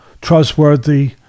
trustworthy